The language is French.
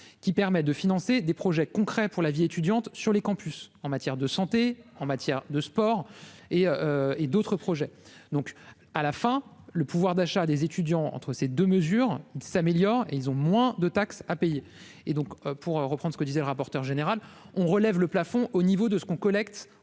qui permet de financer des projets concrets pour la vie étudiante sur les campus en matière de santé en matière de sport et et d'autres projets, donc à la fin, le pouvoir d'achat des étudiants entre ces 2 mesures s'améliore, ils ont moins de taxe à payer et donc pour reprend ce que disait le rapporteur général, on relève le plafond au niveau de ce qu'on collecte